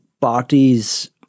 parties